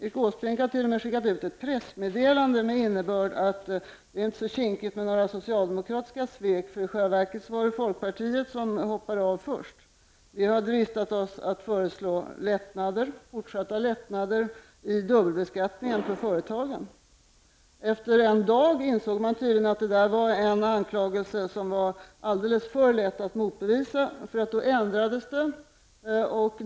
Erik Åsbrink har t.o.m. med skickat ut ett pressmeddelande med innebörden att det inte är så kinkigt med några socialdemokratiska svek, eftersom det i själva verket var folkpartiet som först hoppade av. Vi har dristat oss att föreslå fortsatta lättnader i dubbelbeskattningen för företagen. Efter bara en dag insåg man tydligen att anklagelsen var alldeles för lätt att motbevisa och därför ändrades den.